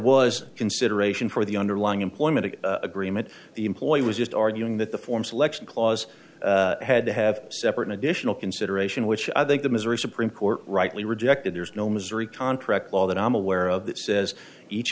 was consideration for the underlying employment agreement the employee was just arguing that the form selection clause had to have separate an additional consideration which i think the missouri supreme court rightly rejected there's no missouri contract law that i'm aware of that says each